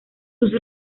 sus